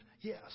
Yes